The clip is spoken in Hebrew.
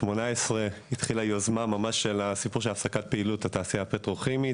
2018 התחילה יוזמה ממש של הסיפור של הפסקת פעילות התעשייה הפטרוכימית